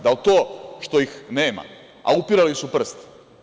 Da li to što ih nema, a upirali su prst?